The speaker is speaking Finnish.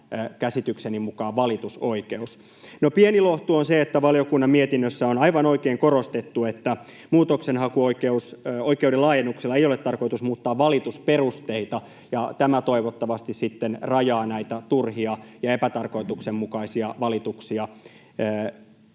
käsitykseni mukaan valitusoikeus. No, pieni lohtu on se, että valiokunnan mietinnössä on aivan oikein korostettu, että muutoksenhakuoikeuden laajennuksella ei ole tarkoitus muuttaa valitusperusteita, ja tämä toivottavasti sitten rajaa näitä turhia ja epätarkoituksenmukaisia valituksia